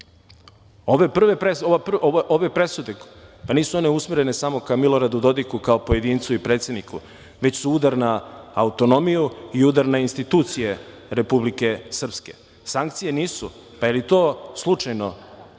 Ovo presude, pa nisu one usmerene samo ka Miloradu Dodiku kao pojedincu i predsedniku, već su udar na autonomiju i udar na institucije Republike Srpske. Sankcije nisu, ne mislim na